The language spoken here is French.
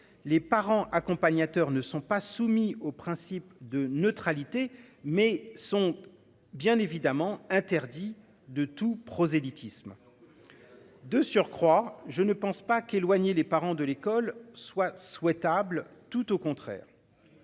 Les parents accompagnateurs ne sont pas soumis au principe de neutralité, mais sont bien évidemment interdits de tout prosélytisme. De surcroît, je ne pense pas qu'éloigner les parents de l'école soit souhaitable tout au contraire.